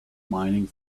mining